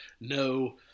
no